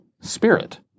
spirit